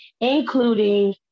including